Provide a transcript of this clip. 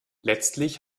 letztlich